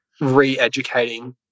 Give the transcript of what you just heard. re-educating